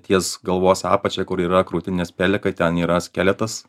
ties galvos apačia kur yra krūtinės pelekai ten yra skeletas